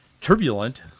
turbulent